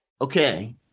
okay